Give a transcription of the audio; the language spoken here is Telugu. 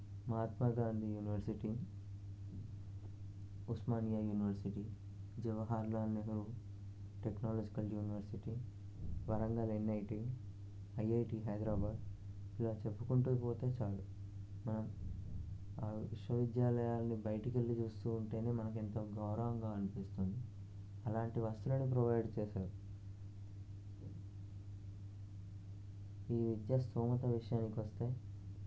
Mahatma Gandhi university Osmania university Jawahar Lal Nehru technological university Warangal NIT IIT Hyderabad ఇలా చెప్పుకుంటూ పోతే చాలు మనం విశ్వవిద్యాలయాలని బయటికి వెళ్ళి చూస్తూ ఉంటేనే మనకు ఎంతో గౌరవంగా అనిపిస్తుంది అలాంటి వసతులు ప్రొవైడ్ చేసాయి ఈ విద్యా స్తోమత విషయానికి వస్తే